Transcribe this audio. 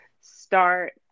start